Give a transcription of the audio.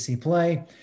play